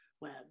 web